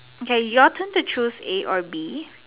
okay your turn to choose a or B